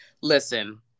listen